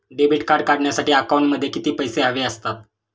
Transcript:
Debit card काढण्यासाठी अकाउंटमध्ये किती पैसे हवे असतात?